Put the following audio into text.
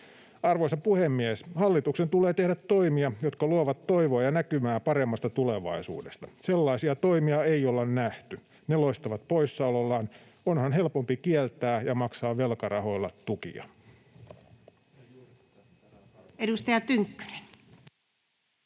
Arvoisa puhemies! Hallituksen tulee tehdä toimia, jotka luovat toivoa ja näkymää paremmasta tulevaisuudesta. Sellaisia toimia ei olla nähty. Ne loistavat poissaolollaan, onhan helpompi kieltää ja maksaa velkarahoilla tukia. Edustaja Tynkkynen.